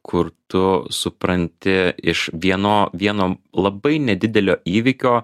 kur tu supranti iš vieno vieno labai nedidelio įvykio